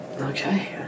okay